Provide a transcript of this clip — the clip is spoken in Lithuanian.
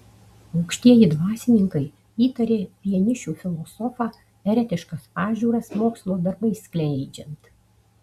aukštieji dvasininkai įtarė vienišių filosofą eretiškas pažiūras mokslo darbais skleidžiant